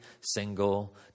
single